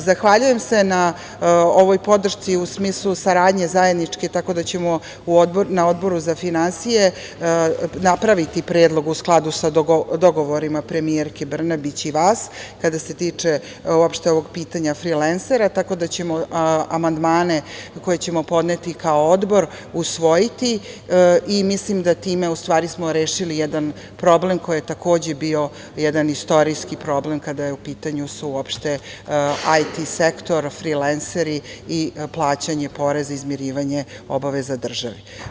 Zahvaljujem se na ovoj podršci u smislu saradnje zajedničke, tako da ćemo na Odboru za finansije napraviti predlog u skladu sa dogovorima premijerke Brnabić i vas kada se tiče uopšte ovog pitanja frilensera, tako da ćemo amandmane koje ćemo podneti kao Odbor usvojiti i mislim da smo time u stvari rešili jedan problem koji je takođe bio jedan istorijski problem kada je u pitanju uopšte IT sektor, frilenseri i plaćanje poreza, izmirivanje obaveza države.